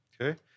okay